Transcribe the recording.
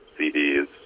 CDs